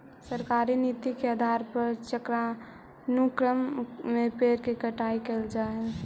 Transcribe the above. सरकारी नीति के आधार पर चक्रानुक्रम में पेड़ के कटाई कैल जा हई